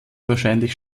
wahrscheinlich